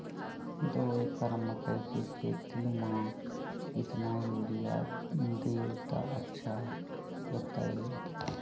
दो एकड़ मकई के खेती म केतना यूरिया देब त अच्छा होतई?